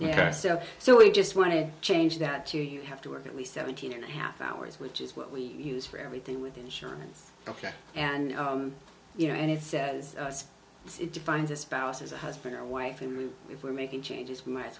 yourself so i just want to change that to you have to work at least seventeen and a half hours which is what we use for everything with insurance ok and you know and it says it defines a spouse as a husband or wife and we were making changes m